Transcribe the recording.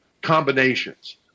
combinations